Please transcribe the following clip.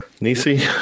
Nisi